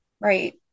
Right